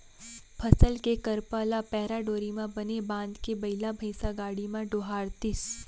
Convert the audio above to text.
फसल के करपा ल पैरा डोरी म बने बांधके बइला भइसा गाड़ी म डोहारतिस